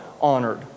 honored